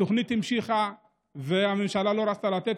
התוכנית המשיכה והממשלה לא רצתה לתת.